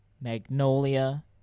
magnolia